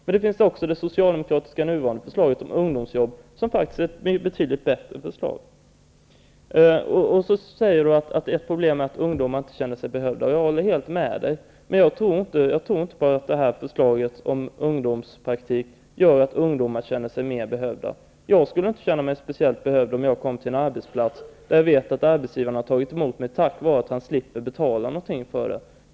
Men det finns också det nuvarande socialdemokratiska förslaget om ungdomsjobb, som är betydligt bättre. Det är ett problem att ungdomar inte känner sig behövda, säger Marianne Andersson. Jag håller helt med om det. Men jag tror inte att förslaget om ungdomspraktik gör att ungdomar känner sig mer behövda. Jag skulle inte känna mig speciellt behövd, om jag kom till en arbetsplats och visste att arbetsgivaren har tagit emot mig tack vare att han slipper betala någonting för det arbete jag utför.